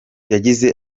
yagize